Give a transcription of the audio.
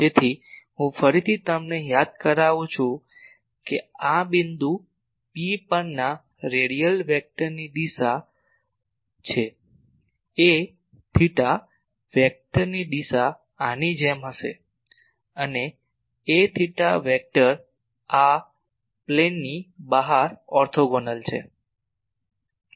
તેથી હું ફરીથી તમને યાદ કરાવું છું કે આ બિંદુ P પરના રેડિયલ વેક્ટરની દિશા છે a વેક્ટરની દિશા આની જેમ હશે અને a વેક્ટર આ વિમાનની બહાર ઓર્થોગોનલ છે